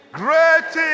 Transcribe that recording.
great